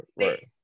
Right